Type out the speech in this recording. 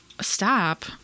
Stop